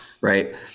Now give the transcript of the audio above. Right